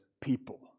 people